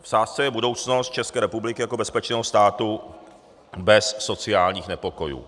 V sázce je budoucnost České republiky jako bezpečného státu bez sociálních nepokojů.